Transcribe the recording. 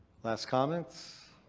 last comments?